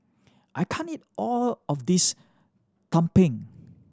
I can't eat all of this tumpeng